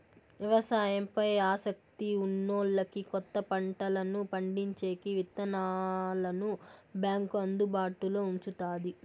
వ్యవసాయం పై ఆసక్తి ఉన్నోల్లకి కొత్త పంటలను పండించేకి విత్తనాలను బ్యాంకు అందుబాటులో ఉంచుతాది